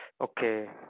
Okay